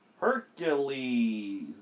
Hercules